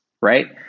right